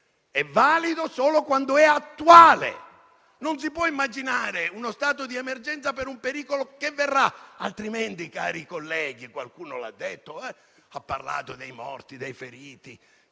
è valido solo quando è attuale. Non si può immaginare uno stato di emergenza per un pericolo che verrà, altrimenti, cari colleghi, come qualcuno ha detto, lei ha parlato dei morti, dei feriti,